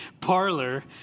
parlor